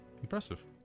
Impressive